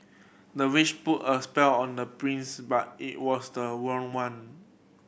the witch put a spell on the prince but it was the wrong one